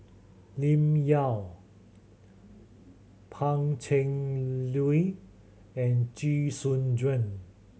Lim Yau Pang Cheng Lui and Jee Soon Juan